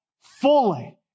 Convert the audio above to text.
fully